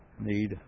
need